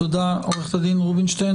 תודה עורכת הדין רובינשטיין.